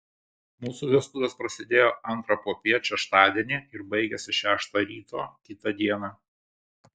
mūsų vestuvės prasidėjo antrą popiet šeštadienį ir baigėsi šeštą ryto kitą dieną